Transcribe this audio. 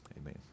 Amen